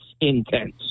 intense